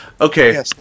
Okay